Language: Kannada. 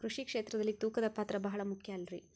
ಕೃಷಿ ಕ್ಷೇತ್ರದಲ್ಲಿ ತೂಕದ ಪಾತ್ರ ಬಹಳ ಮುಖ್ಯ ಅಲ್ರಿ?